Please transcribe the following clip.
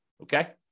okay